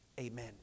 Amen